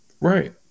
Right